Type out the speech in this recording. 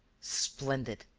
splendid!